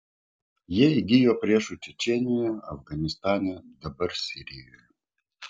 jie įgijo priešų čečėnijoje afganistane dabar sirijoje